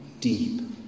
deep